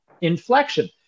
inflection